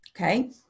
okay